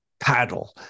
paddle